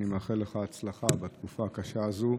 אני מאחל לך הצלחה בתקופה הקשה הזו.